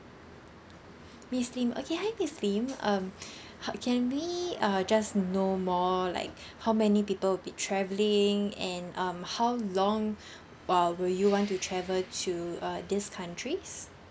miss lim okay hi miss lim um how can we uh just know more like how many people will be travelling and um how long while will you want to travel to uh these countries